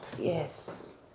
yes